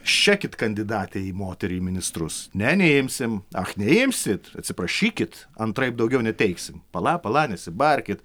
šekit kandidatę į moterį ministrus ne neimsim ach neimsit atsiprašykit antraip daugiau neteiksim pala pala nesibarkit